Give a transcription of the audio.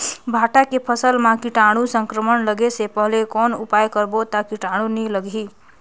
भांटा के फसल मां कीटाणु संक्रमण लगे से पहले कौन उपाय करबो ता कीटाणु नी लगही?